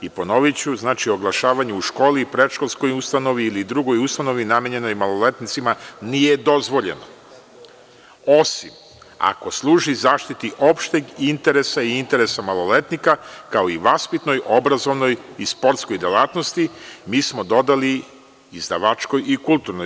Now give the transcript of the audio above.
Ponoviću, oglašavanje u školi i predškolskoj ustanovi ili drugoj ustanovi namenjenoj maloletnicima nije dozvoljeno, osim ako služi zaštiti opšteg interesa i interesa maloletnika, kao i vaspitnoj, obrazovnoj i sportskoj delatnosti, mi smo dodali – izdavačkoj i kulturnoj.